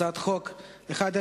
הצעת חוק 1070,